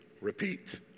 Repeat